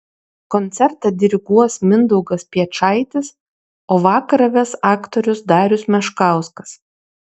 koncertą diriguos mindaugas piečaitis o vakarą ves aktorius darius meškauskas